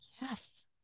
Yes